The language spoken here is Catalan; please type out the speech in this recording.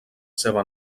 seva